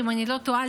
אם אני לא טועה,